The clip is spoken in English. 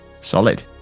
Solid